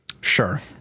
Sure